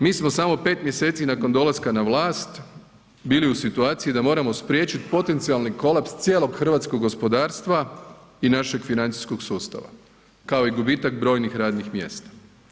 Mi smo samo 5 mj. nakon dolaska na vlast bili u situaciji da moramo spriječiti potencijalni kolaps cijelog hrvatskog gospodarstva i našeg financijskog sustava kao i gubitak brojnih radnih mjesta.